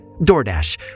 DoorDash